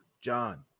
John